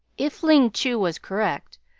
if ling chu was correct,